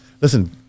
Listen